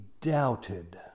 doubted